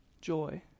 Joy